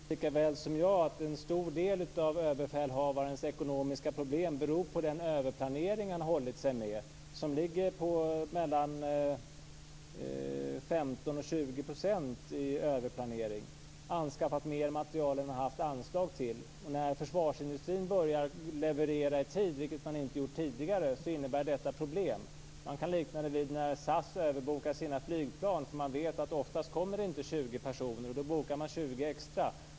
Fru talman! Åke Carnerö vet precis lika väl som jag att en stor del av överbefälhavarens ekonomiska problem beror på den överplanering han hållit sig med. Överplaneringen ligger på 15-20 %. Han har anskaffat mer materiel än han haft anslag till. När försvarsindustrin börjar leverera i tid, vilket den inte gjort tidigare, innebär detta problem. Man kan likna det vid när SAS överbokar sina flygplan eftersom man vet att oftast kommer inte 20 personer, och då bokar man 20 personer extra.